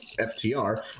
FTR